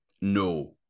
no